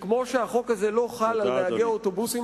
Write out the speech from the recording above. שכמו שהחוק הזה לא חל על נהגי האוטובוסים,